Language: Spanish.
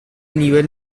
nivel